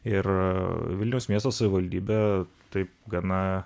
ir vilniaus miesto savivaldybė taip gana